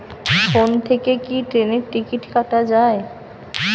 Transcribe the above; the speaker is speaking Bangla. ফোন থেকে কি ট্রেনের টিকিট কাটা য়ায়?